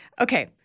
Okay